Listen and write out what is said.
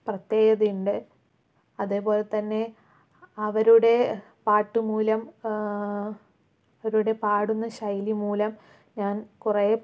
പ്രത്യേകതയുണ്ട് അതേപോലെത്തന്നെ അവരുടെ പാട്ട് മൂലം അവരുടെ പാടുന്ന ശൈലി മൂലം ഞാൻ കുറേ